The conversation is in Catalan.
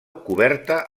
coberta